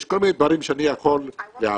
יש כל מיני דברים שאני יכול להבין,